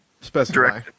specify